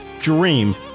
dream